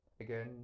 Again